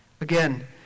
Again